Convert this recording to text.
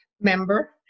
member